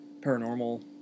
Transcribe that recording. paranormal